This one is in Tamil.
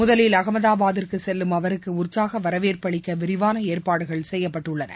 முதலில் அகமதாபாத்திற்கு செல்லும் அவருக்கு உற்சாக வரவேற்பு அளிக்க விரிவான ஏற்பாடுகள் செய்யப்பட்டுள்ளன